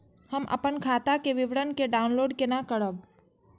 हम अपन खाता के विवरण के डाउनलोड केना करब?